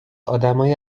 آدمهای